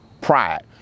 pride